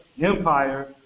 empire